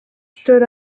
stood